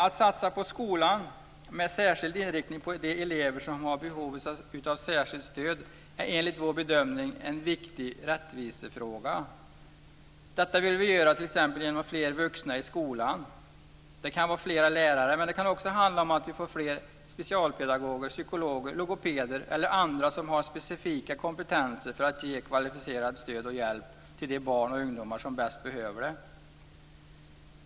Att satsa på skolan med särskild inriktning på de elever som har behov av särskilt stöd är enligt vår bedömning en viktig rättvisefråga. Detta vill vi göra t.ex. genom att få fler vuxna i skolan. Det kan vara flera lärare, men det kan också handla om att vi får fler specialpedagoger, psykologer, logopeder eller andra som har specifika kompetenser för att ge kvalificerat stöd och hjälp till de barn och ungdomarna som bäst behöver det.